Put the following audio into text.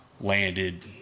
landed